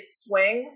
swing